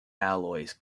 alloys